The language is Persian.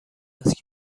است